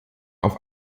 auf